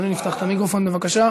אדוני, נפתח את המיקרופון, בבקשה.